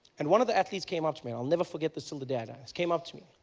and one of the athletes came up to me, i'll never forget this till the day i die. he came up to me.